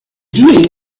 doing